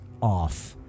off